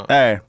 Hey